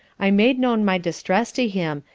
i made known my distress to him,